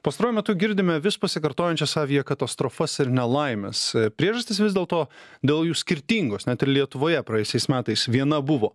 pastaruoju metu girdime vis pasikartojančias aviakatastrofas ir nelaimes priežastys vis dėlto dėl jų skirtingos net ir lietuvoje praėjusiais metais viena buvo